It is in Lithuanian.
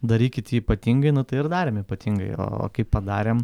darykit jį ypatingai nu tai ir darėm ypatingai o o kaip padarėm